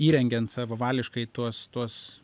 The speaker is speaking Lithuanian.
įrengiant savavališkai tuos tuos